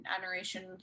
adoration